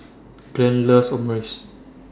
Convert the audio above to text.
Glen loves Omurice